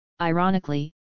ironically